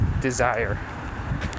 desire